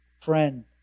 friend